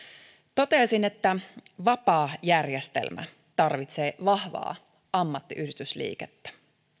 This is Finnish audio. totesin että vapaa järjestelmä tarvitsee vahvaa ammattiyhdistysliikettä